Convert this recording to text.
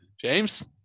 James